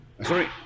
Sorry